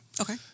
Okay